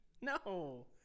No